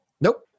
Nope